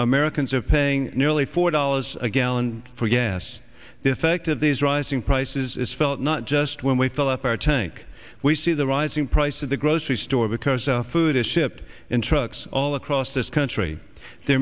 americans are paying nearly four dollars a gallon for gas this fact of these rising prices is felt not just when we fill up our tank we see the rising price of the grocery store because food is shipped in trucks all across this country the